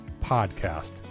podcast